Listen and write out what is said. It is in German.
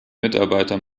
mitarbeiter